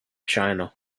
china